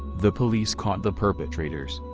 the police caught the perpetrators,